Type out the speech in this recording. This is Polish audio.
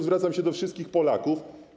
Zwracam się do wszystkich Polaków.